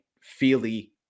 Feely